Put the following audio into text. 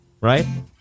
right